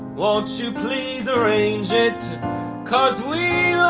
won't you please arrange it because we